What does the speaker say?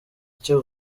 icyo